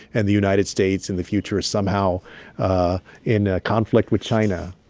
and the united states in the future is somehow ah in ah conflict with china,